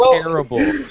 terrible